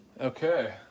Okay